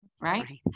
Right